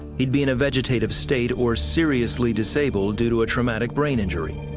he would be in a vegetative state or seriously disabled due to a traumatic brain injury.